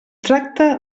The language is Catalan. tracta